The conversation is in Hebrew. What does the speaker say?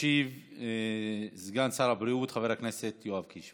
ישיב סגן שר הבריאות חבר הכנסת יואב קיש.